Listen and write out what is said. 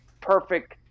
perfect